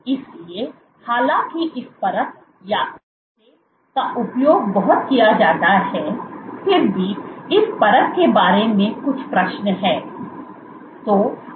इसलिए हालांकि इस परख का उपयोग बहुत किया जाता है फिर भी इस परख के बारे में कुछ प्रश्न हैं